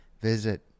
Visit